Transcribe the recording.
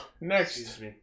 Next